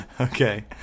okay